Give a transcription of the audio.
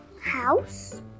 house